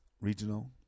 regional